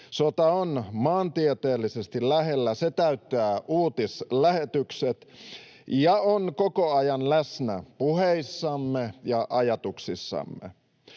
Sota on maantieteellisesti lähellä, se täyttää uutislähetykset ja on koko ajan läsnä puheissamme ja ajatuksissamme.